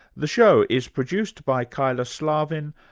the show is produced by kyla slaven.